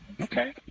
Okay